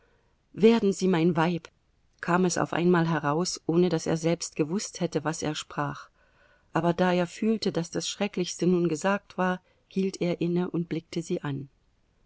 werden sie mein weib kam es auf einmal heraus ohne daß er selbst gewußt hätte was er sprach aber da er fühlte daß das schrecklichste nun gesagt war hielt er inne und blickte sie an